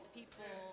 people